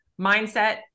mindset